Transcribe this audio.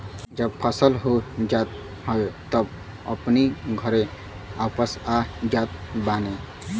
जब फसल हो जात हवे तब अपनी घरे वापस आ जात बाने